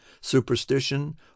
Superstition